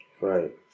Right